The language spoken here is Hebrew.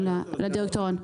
לדירקטוריון.